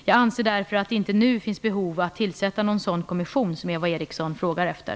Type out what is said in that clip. Jag anser därför att det inte nu finns något behov av att tillsätta någon sådan kommission som Eva Eriksson frågar efter.